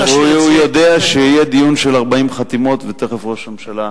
הוא יודע שיהיה דיון של 40 חתימות ותיכף ראש הממשלה,